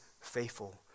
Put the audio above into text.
faithful